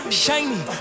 shiny